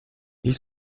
ils